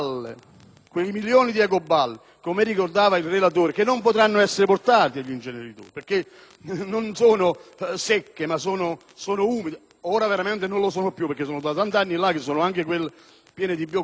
quei milioni di ecoballe che, come ricordava il relatore, non potranno essere portate agli inceneritori, perché non sono secche, ma sono umide. Anzi, ora veramente non lo sono più, perché sono là da così tanti anni che sono piene di biogas.